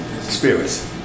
spirits